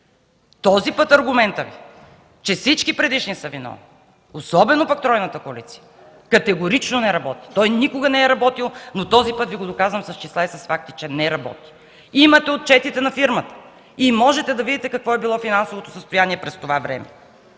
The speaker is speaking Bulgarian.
Този път аргументът, че всички предишни са виновни, особено пък тройната коалиция, категорично не работи! Той никога не е работил, но този път Ви го доказвам с числа и факти, че не работи. Имате отчетите на фирмата и можете да видите какво е било финансовото й състояние през това време.